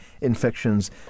infections